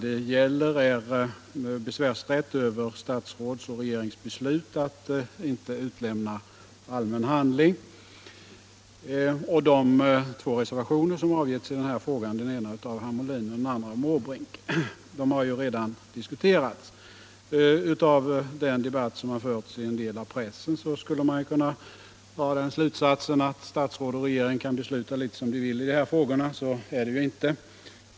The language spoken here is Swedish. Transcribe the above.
Det gäller frågan om besvärsrätt över statsråds och regerings beslut att inte utlämna allmän handling och de två reservationer som har avgivits i den här frågan, den ena av herr Molin och den andra av herr Måbrink. Dessa reservationer har redan diskuterats. Av den diskussion som förts i en del av pressen skulle man kunna dra den slutsatsen att statsråd och regering kan besluta litet som de vill i de här frågorna. Så är det ju inte.